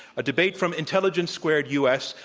a debate from intelligence squared u. s.